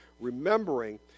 Remembering